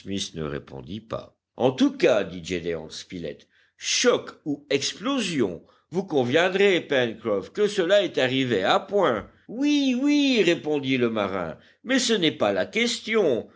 ne répondit pas en tout cas dit gédéon spilett choc ou explosion vous conviendrez pencroff que cela est arrivé à point oui oui répondit le marin mais ce n'est pas la question